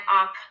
up